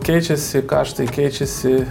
keičiasi kaštai keičiasi